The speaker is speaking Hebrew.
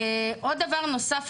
עוד דבר נוסף,